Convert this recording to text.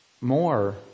more